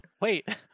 Wait